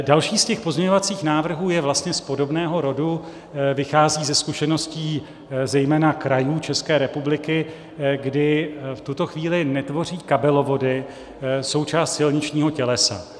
Další z pozměňovacích návrhů je vlastně z podobného rodu, vychází ze zkušeností zejména krajů České republiky, kdy v tuto chvíli netvoří kabelovody součást silničního tělesa.